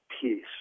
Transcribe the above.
peace